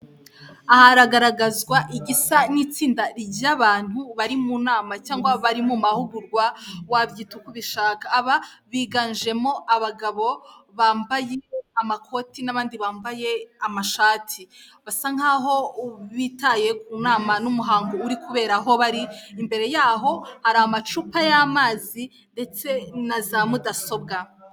Hagaragazwa igisa n'itsinda ry'abantu bari mu nama cyangwa bari mu mahugurwa, wabyita uko ubishaka aba biganjemo abagabo bambaye, amakoti n'abandi bambaye amashati, basa n'aho bitaye ku nama n'umuhango uri kubera ahobari, imbere yaho hari amacupa y'amazi ndetse na za mudasobwa.